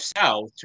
south